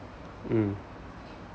mm